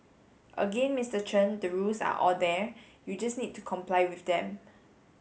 again Mister Chen the rules are all there you just need to comply with them